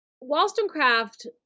Wollstonecraft